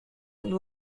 and